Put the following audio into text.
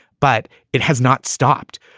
but it has not stopped.